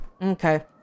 Okay